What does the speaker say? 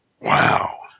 wow